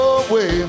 away